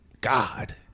God